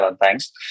thanks